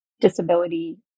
disability